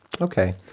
okay